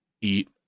Eat